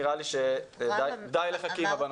נראה לי שדי לחכימא בנושא הזה.